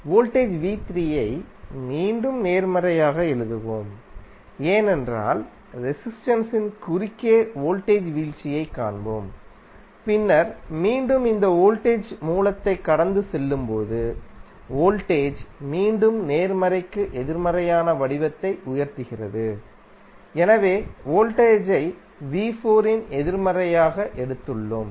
voltage v3 ஐ மீண்டும் நேர்மறையாக எழுதுவோம் ஏனென்றால் ரெசிஸ்டென்ஸின் குறுக்கே வோல்டேஜ் வீழ்ச்சியைக் காண்போம் பின்னர் மீண்டும் இந்த வோல்டேஜ் மூலத்தைக் கடந்து செல்லும்போது வோல்டேஜ் மீண்டும் நேர்மறைக்கு எதிர்மறையான வடிவத்தை உயர்த்துகிறது எனவே வோல்டேஜை v4இன் எதிர்மறையாக எடுத்துள்ளோம்